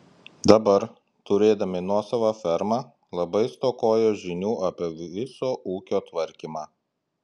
dabar turėdami nuosavą fermą labai stokoja žinių apie viso ūkio tvarkymą